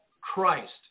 Christ